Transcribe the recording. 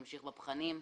נמשיך בבחנים.